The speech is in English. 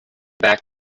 back